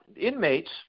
inmates